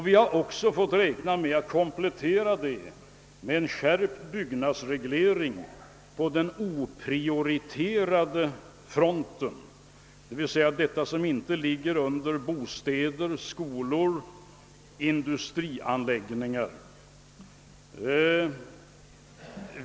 Vi har också räknat med att komplettera detta med en skärpning av byggnadsregleringen på det oprioriterade området, d.v.s. vad som inte rör bostäder, skolor och industrianläggningar.